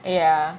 ya